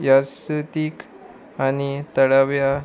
यारश्रुदीक आनी थळाव्या